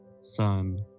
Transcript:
Son